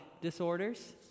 disorders